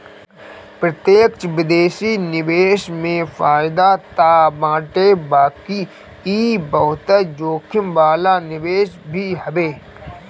प्रत्यक्ष विदेशी निवेश में फायदा तअ बाटे बाकी इ बहुते जोखिम वाला निवेश भी हवे